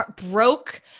broke